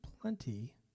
plenty